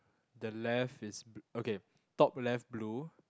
the left is b~ okay top left blue